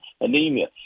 anemia